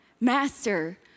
Master